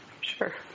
Sure